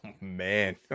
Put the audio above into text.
man